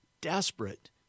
desperate